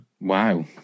Wow